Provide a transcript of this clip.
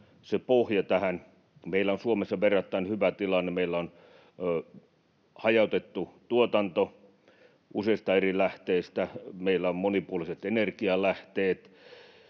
se pohja tähän. Meillä on Suomessa verrattain hyvä tilanne. Meillä on hajautettu tuotanto useista eri lähteistä, meillä on monipuoliset energialähteet,